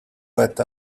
let